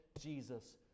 jesus